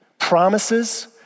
promises